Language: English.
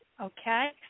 Okay